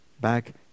back